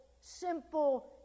simple